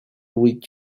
with